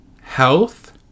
health